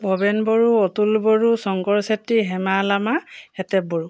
ভৱেন বড়ো অতুল বড়ো শংকৰ চেত্ৰী হেমা লামা হেতে বড়ো